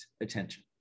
attention